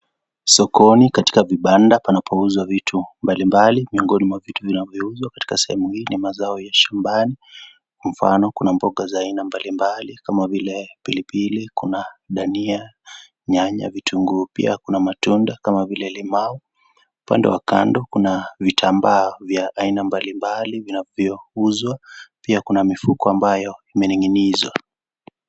Sokoni katika vibanda panapouzwa vitu mbalimbali miongoni ya vinavyouzwa katika sehumu hii ni mazao ya shambani kwa mfano kuna mboga za aina mbalimbali kama vile pilipili, Kuna dania, nyanya, vitunguu pia kuna matunda kama vile limau upande wa kando kuna vitambaa vya aina mbalimbali vinavyouzwa pia kuna mifuko ambayo imening'inizwa.